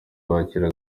bakira